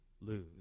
lose